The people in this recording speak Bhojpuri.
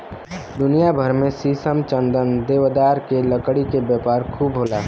दुनिया भर में शीशम, चंदन, देवदार के लकड़ी के व्यापार खूब होला